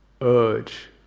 urge